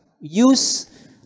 Use